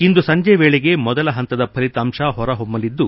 ಇಂದು ಸಂಜೆ ವೇಳೆಗೆ ಮೊದಲ ಹಂತದ ಫಲಿತಾಂಶ ಹೊರ ಹೊಮ್ನಲಿದ್ದು